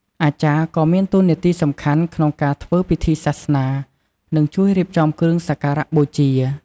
អាចារ្យក៏មានតួនាទីសំខាន់ក្នុងការធ្វើពិធីសាសនា និងជួយរៀបចំគ្រឿងសក្ការៈបូជា។